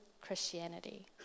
Christianity